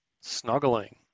snuggling